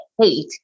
hate